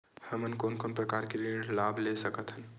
हमन कोन कोन प्रकार के ऋण लाभ ले सकत हन?